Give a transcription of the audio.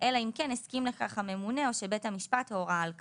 אלא אם כן הסכים לכך הממונה או שבית המשפט הורה על כך.